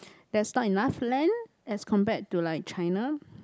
there is not enough land as compared to like China